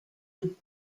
would